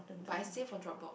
but I save on Dropbox